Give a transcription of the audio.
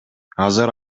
азыр